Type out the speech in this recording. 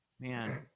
man